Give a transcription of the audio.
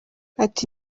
ati